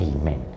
Amen